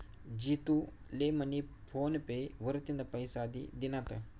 जितू ले मनी PhonePe वरतीन पैसा दि दिनात